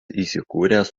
įsikūręs